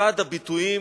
אחד הביטויים